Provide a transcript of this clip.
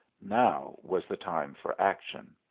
now was the time for action.